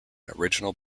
original